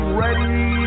ready